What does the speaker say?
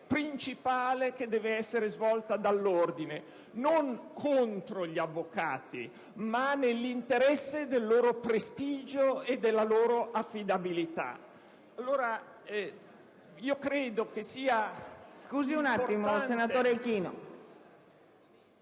principale che deve essere svolta dall'Ordine: non contro gli avvocati, ma nell'interesse del loro prestigio e della loro affidabilità.